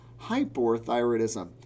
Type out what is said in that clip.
hypothyroidism